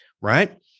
Right